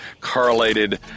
correlated